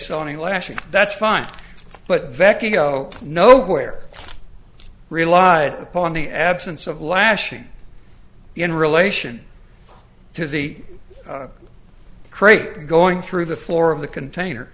saw any lashing that's fine but vecchio nowhere relied upon the absence of lashing in relation to the crate going through the floor of the container